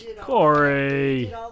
corey